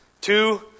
Two